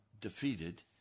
defeated